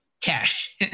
cash